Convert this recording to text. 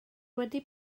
wedi